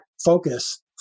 focus